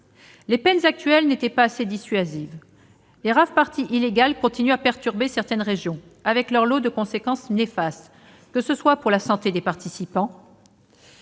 Les peines actuelles n'étant pas assez dissuasives, les rave-parties illégales continuent à perturber certaines régions avec leurs lots de conséquences néfastes : pour la santé des participants,